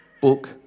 book